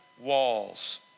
walls